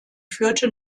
führte